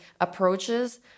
approaches